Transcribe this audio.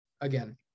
Again